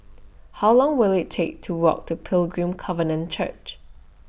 How Long Will IT Take to Walk to Pilgrim Covenant Church